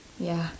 ya